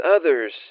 others